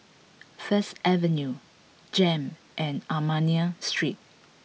First Avenue J E M and Armenian Street